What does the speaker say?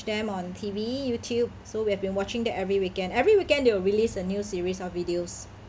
them on T_V youtube so we've been watching that every weekend every weekend they will release a new series of videos